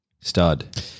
Stud